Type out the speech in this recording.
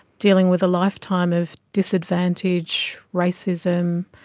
dealing with a lifetime of disadvantage, racism,